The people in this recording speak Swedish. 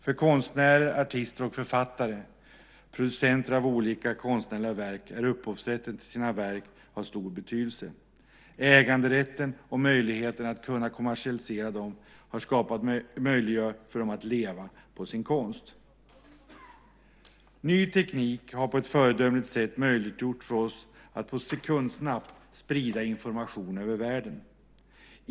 För konstnärer, artister, författare och producenter av olika konstnärliga verk är upphovsrätten till deras verk av stor betydelse. Äganderätten och möjligheten att kommersialisera dem gör att de kan leva på sin konst. Ny teknik har på ett föredömligt sätt möjliggjort för oss att sekundsnabbt sprida information över världen.